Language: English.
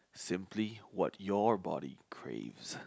simply what your body craves